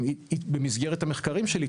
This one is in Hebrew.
במסגרת המחקרים שלי,